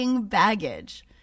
baggage